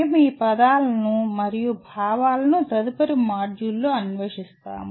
మేము ఈ పదాలను మరియు ఈ భావనను తదుపరి మాడ్యూల్లో అన్వేషిస్తాము